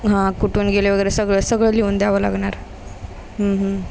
हां कुठून गेले वगैरे सगळं सगळं लिहून द्यावं लागणार हं हं